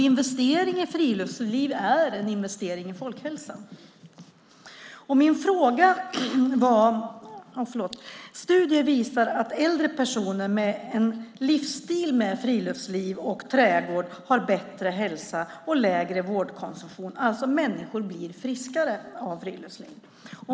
Investering i friluftsliv är en investering i folkhälsan. Studier visar att äldre personer med en livsstil med friluftsliv och trädgård har bättre hälsa och lägre vårdkonsumtion. Människor blir friskare av friluftsliv.